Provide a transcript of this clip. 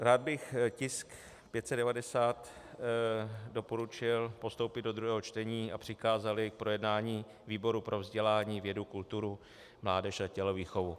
Rád bych tisk 590 doporučil postoupit do druhého čtení a přikázat jej k projednání výboru pro vědu, vzdělání, kulturu, mládež a tělovýchovu.